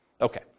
Okay